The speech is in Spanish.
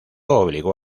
obligó